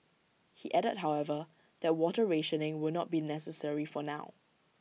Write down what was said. he added however that water rationing will not be necessary for now